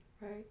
Right